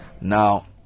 Now